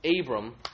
Abram